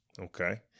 Okay